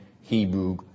Hebrew